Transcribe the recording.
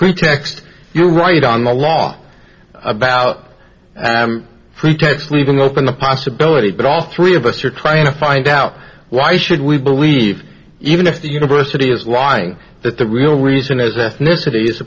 pretext you're right on the lock about pretext leaving open the possibility but all three of us are trying to find out why should we believe even if the university is lying that the real reason is ethnicity as